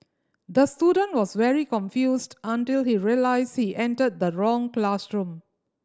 the student was very confused until he realised he entered the wrong classroom